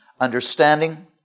understanding